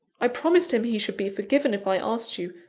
i promised him he should be forgiven, if i asked you.